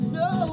no